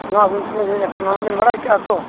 ᱱᱚᱣᱟ ᱟᱹᱵᱤᱱ ᱴᱷᱮᱱᱞᱤᱧ ᱦᱮᱡ ᱟᱠᱟᱱᱟ ᱱᱚᱰᱮᱞᱤᱧ ᱵᱟᱲᱟᱭ ᱠᱮᱜᱼᱟ ᱛᱚ